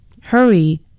Hurry